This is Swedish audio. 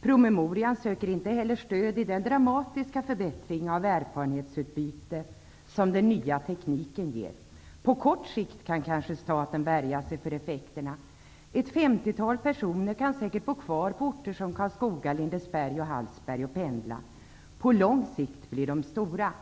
Promemorian söker inte heller stöd i den dramatiska förbättring av erfarenhetsutbyte, som den nya tekniken ger. På kort sikt kan kanske staten värja sig för effekterna. Ett femtiotal personer kan säkert bo kvar på orter som Karlskoga, Lindesberg och Hallsberg och pendla. På lång sikt blir effekterna stora.